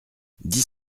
dix